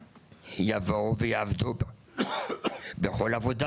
בשביל שכאשר הן יגיעו לארץ הן יסכימו לעבוד בכל עבודה.